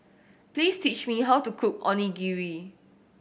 please teach me how to cook Onigiri